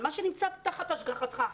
על מה שנמצא תחת השגחתך.